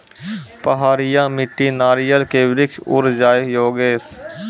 पहाड़िया मिट्टी नारियल के वृक्ष उड़ जाय योगेश?